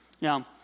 Now